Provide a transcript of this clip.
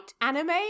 anime